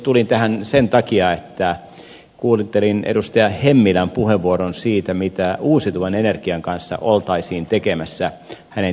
tulin tähän puhujakorokkeelle sen takia että kuuntelin edustaja hemmilän puheenvuoron siitä mitä uusiutuvan energian kanssa oltaisiin tekemässä hänen tietojensa mukaan